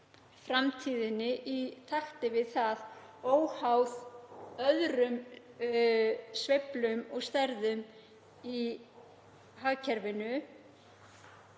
framtíðinni í takti við það óháð öðrum sveiflum og stærðum í hagkerfinu.